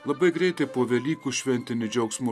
labai greitai po velykų šventinio džiaugsmo